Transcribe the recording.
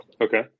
Okay